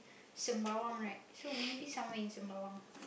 Sembawang right so maybe somewhere in Sembawang